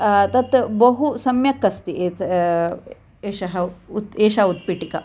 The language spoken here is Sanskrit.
तत् बहु सम्यक् अस्ति एत एषः एषा उत्पीठिका